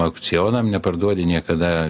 aukcionam neparduodi niekada